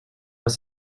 was